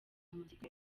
muzika